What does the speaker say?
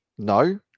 No